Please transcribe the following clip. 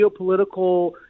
geopolitical